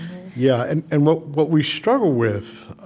yeah. and and what what we struggle with,